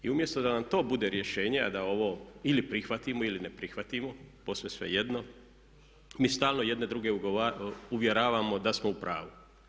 I umjesto da nam to bude rješenje, a da ovo ili prihvatimo ili ne prihvatimo, posve svejedno, mi stalno jedni druge uvjeravamo da smo u pravu.